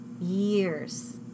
years